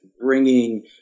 bringing